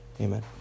Amen